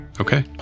Okay